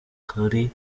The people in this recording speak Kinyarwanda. kuri